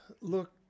look